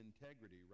integrity